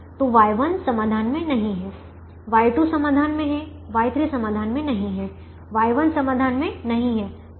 तो Y1 समाधान में नहीं है Y2 समाधान में है Y3 समाधान में नहीं है v1 समाधान में नहीं है